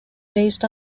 based